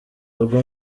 rwo